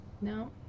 No